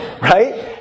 right